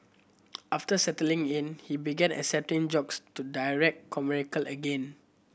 after settling in he began accepting jobs to direct commercial again